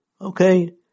okay